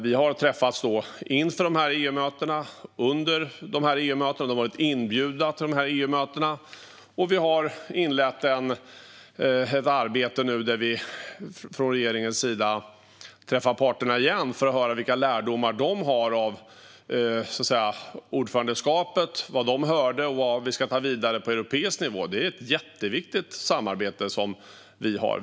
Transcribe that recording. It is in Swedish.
Vi har träffats med parterna inför och under EU-mötena, och vi fortsätter att träffa parterna för att höra vilka lärdomar de dragit av ordförandeskapet och vad vi ska ta vidare på europeisk nivå. Det är ett jätteviktigt samarbete.